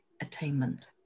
attainment